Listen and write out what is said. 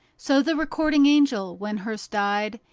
so the recording angel, when hearst died,